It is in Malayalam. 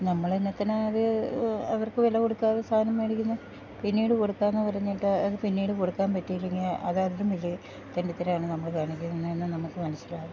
നമ്മളെന്നാത്തിനാത് അവർക്ക് വെല കൊട്ക്കാതെ സാനം മേടിക്ക്ന്നെ പിന്നീട് കൊട്ക്കാന്ന് പറഞ്ഞിട്ട് അത് പിന്നീട് കൊട്ക്കാ പറ്റീല്ലെങ്കി അതതിലും വെല്യ തെണ്ടിത്തരാണ് നമ്മള് കാണിക്ക്ന്നേന്ന് നമക്ക് മൻസ്സിലാവും